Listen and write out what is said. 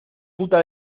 puta